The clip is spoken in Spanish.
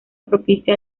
propicia